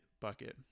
bucket